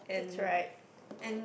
that's right